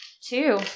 two